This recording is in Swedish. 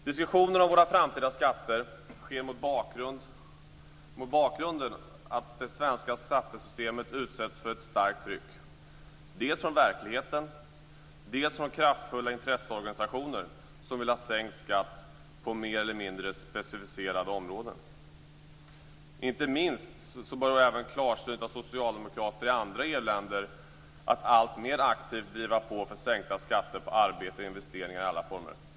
Diskussionen om våra framtida skatter förs mot bakgrund av att det svenska skattesystemet utsätts för ett starkt tryck, dels från verkligheten, dels från kraftfulla intresseorganisationer som vill ha sänkt skatt på mer eller mindre specificerade områden. Inte minst börjar några klarsynta socialdemokrater i andra EU länder att alltmer aktivt driva på för sänkta skatter på arbete och investeringar i alla former.